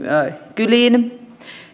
kyliin